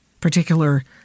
particular